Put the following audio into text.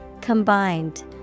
Combined